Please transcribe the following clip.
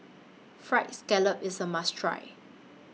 Fried Scallop IS A must Try